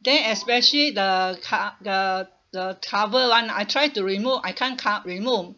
then especially the co~ the the cover [one] I try to remove I can't can't remove